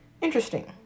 interesting